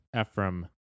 Ephraim